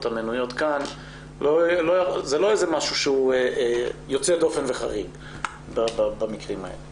המנויות כאן זה לא משהו יוצא דופן וחריג במקרים האלה?